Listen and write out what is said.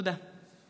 תודה.